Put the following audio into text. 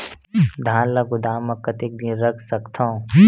धान ल गोदाम म कतेक दिन रख सकथव?